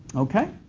okay?